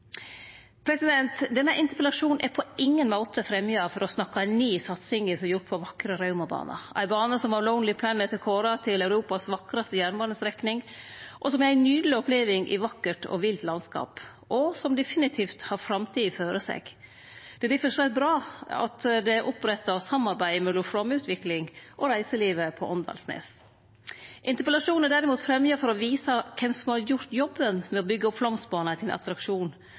Denne interpellasjonen er på ingen måte fremja for å snakke ned satsinga som er gjord på vakre Raumabana, ei bane som av Lonely Planet er kåra til Europas vakraste jernbanestrekning, og som er ei nydeleg oppleving i vakkert og vilt landskap – og som definitivt har framtida føre seg. Det er difor svært bra at det er oppretta samarbeid mellom Flåm Utvikling og reiselivet på Åndalsnes. Interpellasjonen er derimot fremja for å vise kven som har gjort jobben med å byggje opp Flåmsbana til ein attraksjon,